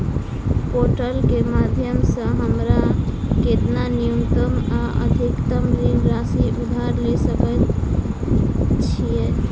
Portal केँ माध्यम सऽ हमरा केतना न्यूनतम आ अधिकतम ऋण राशि उधार ले सकै छीयै?